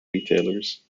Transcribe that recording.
retailers